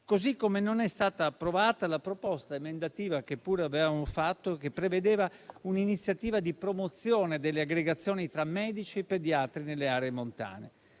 così come non è stata approvata la proposta emendativa, che pure avevamo fatto, che prevedeva un'iniziativa di promozione delle aggregazioni tra medici e pediatri nelle aree montane.